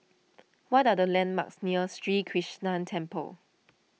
what are the landmarks near Sri Krishnan Temple